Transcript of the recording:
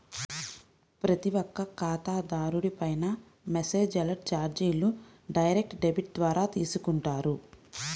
ప్రతి ఒక్క ఖాతాదారుడిపైనా మెసేజ్ అలర్ట్ చార్జీలు డైరెక్ట్ డెబిట్ ద్వారా తీసుకుంటారు